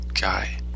guy